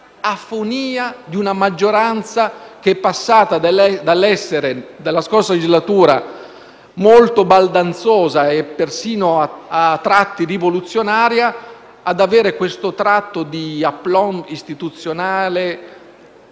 afonia di una maggioranza passata dall'essere nella scorsa legislatura molto baldanzosa e, persino, a tratti rivoluzionaria ad essere ora connotata da *aplomb* istituzionale